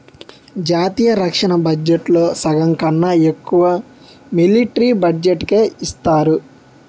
జాతీయ రక్షణ బడ్జెట్లో సగంకన్నా ఎక్కువ మిలట్రీ బడ్జెట్టుకే ఇస్తారు